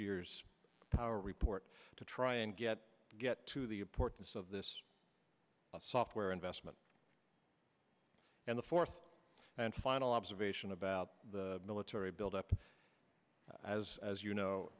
year's power report to try and get get to the importance of this software investment and the fourth and final observation about the military buildup as as you know